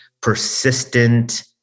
persistent